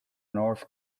north